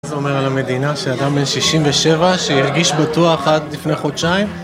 מה זה אומר על המדינה שאדם בן 67 שהרגיש בטוח עד לפני חודשיים?